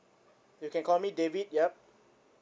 you can call me david yup